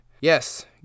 yes